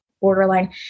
borderline